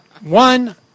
One